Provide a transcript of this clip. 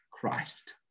christ